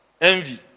envy